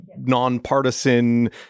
nonpartisan